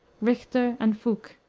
richter, and fouque,